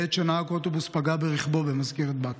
בעת שנהג אוטובוס פגע ברכבו במזכרת בתיה.